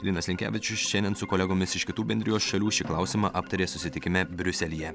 linas linkevičius šiandien su kolegomis iš kitų bendrijos šalių šį klausimą aptarė susitikime briuselyje